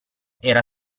era